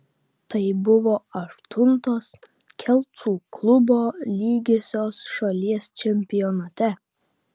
tai buvo aštuntos kelcų klubo lygiosios šalies čempionate